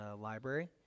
library